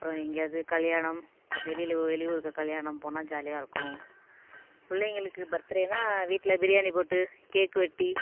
அப்புறம் எங்கேயாவது கல்யாணம் வெளியில் வெளியூருக்கு கல்யாணம் போனால் ஜாலியாக இருக்கும் பிள்ளைங்களுக்கு பர்த்டேனால் வீட்டில் பிரியாணி போட்டு கேக்கு வெட்டி